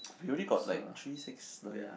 we already got like three six nine